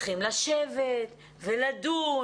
צריכים לשבת ולדון.